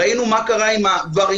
ראינו מה קרה עם הווריאנט,